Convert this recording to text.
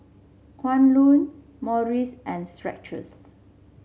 Kwan Loong Morries and Skechers